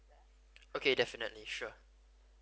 okay definitely sure